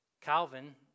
Calvin